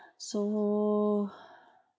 so